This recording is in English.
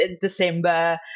December